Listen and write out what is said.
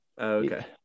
Okay